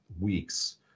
weeks